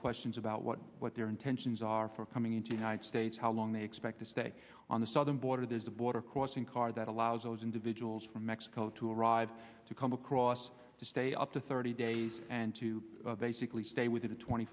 questions about what what their intentions are for coming into united states how long they expect to stay on the southern border there's a border crossing card that allows those individuals from mexico to arrive to come across to stay up to thirty days and to basically stay within twenty